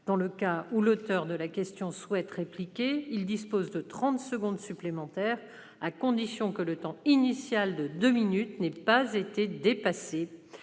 Dans le cas où l'auteur de la question souhaite répliquer, il dispose de trente secondes supplémentaires, à la condition que le temps initial de deux minutes n'ait pas été dépassé.